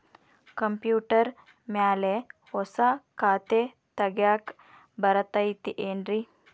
Computer ಮ್ಯಾಲೆ ಹೊಸಾ ಖಾತೆ ತಗ್ಯಾಕ್ ಬರತೈತಿ ಏನ್ರಿ?